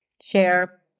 Share